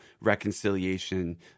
reconciliation